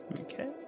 Okay